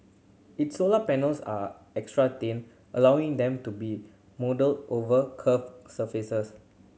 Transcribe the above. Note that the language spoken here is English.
its solar panels are extra thin allowing them to be moulded over curved surfaces